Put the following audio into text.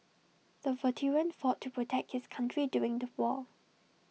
the veteran fought to protect his country during the war